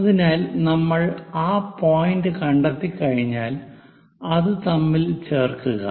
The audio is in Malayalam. അതിനാൽ നമ്മൾ ആ പോയിന്റ് കണ്ടെത്തിക്കഴിഞ്ഞാൽ അത് തമ്മിൽ ചേർക്കുക